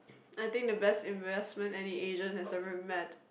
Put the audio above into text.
I think the best investment any Asian have ever met